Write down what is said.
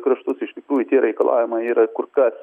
kraštus iš tikrųjų tie reikalavimai yra kur kas